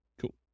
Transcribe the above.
Cool